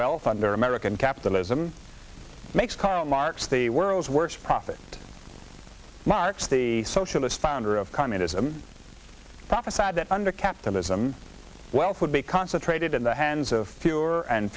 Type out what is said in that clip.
wealth under american capitalism makes karl marx the world's worst prophet marx the socialist founder of communism prophesied that under capitalism wealth would be concentrated in the hands of fewer and